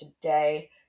today